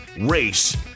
race